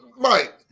Mike